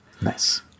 nice